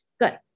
good